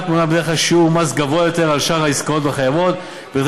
מונהג בדרך כלל שיעור מס גבוה יותר על שאר העסקאות החייבות כדי